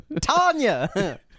Tanya